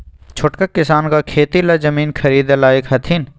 छोटका किसान का खेती ला जमीन ख़रीदे लायक हथीन?